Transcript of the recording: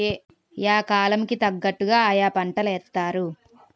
yeah కాలం కి తగ్గట్టుగా ఆయా పంటలేత్తారు